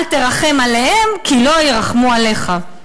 אל תרחם עליהם, כי לא ירחמו עליך.